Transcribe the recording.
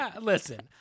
Listen